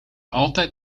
altijd